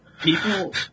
People